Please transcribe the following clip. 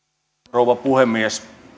rouva puhemies